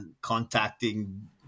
contacting